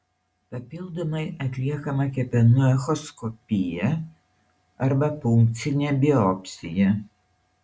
papildomai atliekama kepenų echoskopija arba punkcinė biopsija